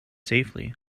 safely